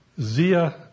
Zia